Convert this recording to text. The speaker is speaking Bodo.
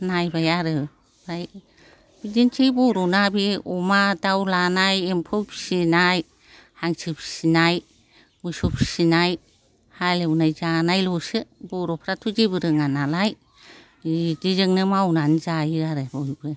नायबाय आरो ओमफ्राय बिदिनोसै बर'ना बे अमा दाउ लानाय एम्फौ फिसिनाय हांसो फिसिनाय मोसौ फिसिनाय हालेवनाय जानायल'सो बर'फ्राथ' जेबो रोङा नालाय बिदिजोंनो मावना जायो आरो बयबो